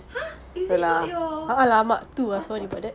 !huh! is it not your hot spot